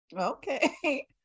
Okay